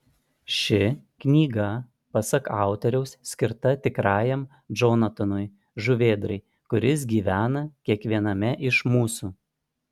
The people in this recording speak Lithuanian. ši knyga pasak autoriaus skirta tikrajam džonatanui žuvėdrai kuris gyvena kiekviename iš mūsų